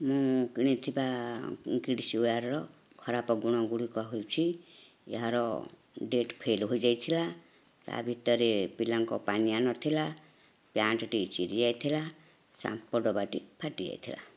ମୁଁ କିଣିଥିବା kids wear ଖରାପ ଗୁଣ ଗୁଡ଼ିକ ହେଉଛି ଏହାର ଡେଟ୍ ଫେଲ୍ ହୋଇଯାଇଥିଲା ୟା ଭିତରେ ପିଲାଙ୍କ ପାନିଆ ନଥିଲା ପ୍ୟାଣ୍ଟଟି ଚିରି ଯାଇଥିଲା ସାମ୍ପୋ ଡବାଟି ଫାଟି ଯାଇଥିଲା